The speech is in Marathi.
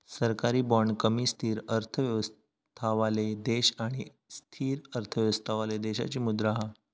सरकारी बाँड कमी स्थिर अर्थव्यवस्थावाले देश अधिक स्थिर अर्थव्यवस्थावाले देशाची मुद्रा हा